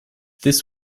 this